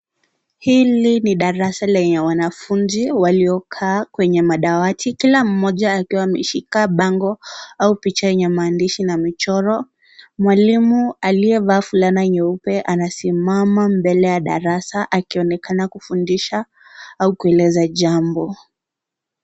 Hili ni darasa lenye wanafunzi, waliokaa kwenye madawati, kila mmoja akiwa ameshika bango au picha yenye maandishi na michoro, mwalimu aliyevaa dulana nyeupe anasimama mbele ya darasa akionekana kufundisha au kueleza jambo.